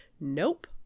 nope